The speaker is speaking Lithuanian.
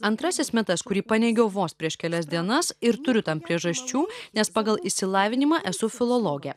antrasis mitas kurį paneigiau vos prieš kelias dienas ir turiu tam priežasčių nes pagal išsilavinimą esu filologė